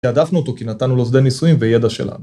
והדפנו אותו כי נתנו לו שדה ניסויים וידע שלנו